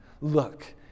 Look